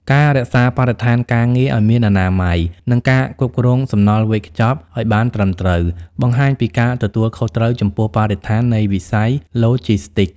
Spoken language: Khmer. ការរក្សាបរិស្ថានការងារឱ្យមានអនាម័យ និងការគ្រប់គ្រងសំណល់វេចខ្ចប់ឱ្យបានត្រឹមត្រូវ បង្ហាញពីការទទួលខុសត្រូវចំពោះបរិស្ថាននៃវិស័យឡូជីស្ទីក។